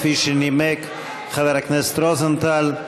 כפי שנימק חבר הכנסת רוזנטל,